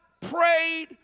prayed